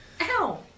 Ow